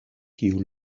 kiu